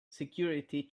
security